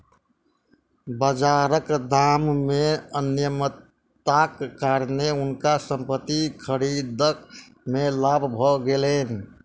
बाजारक दाम मे अनियमितताक कारणेँ हुनका संपत्ति खरीद मे लाभ भ गेलैन